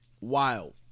Wild